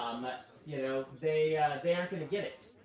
um but you know they they aren't going to get it.